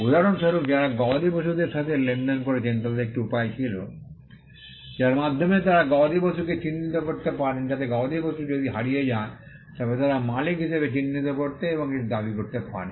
উদাহরণস্বরূপ যারা গবাদি পশুদের সাথে লেনদেন করেছেন তাদের একটি উপায় ছিল যার মাধ্যমে তারা গবাদি পশুকে চিহ্নিত করতে পারেন যাতে গবাদিপশু যদি হারিয়ে যায় তবে তারা মালিক হিসাবে চিহ্নিত করতে এবং এটির দাবি করতে পারে